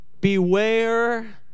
beware